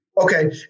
Okay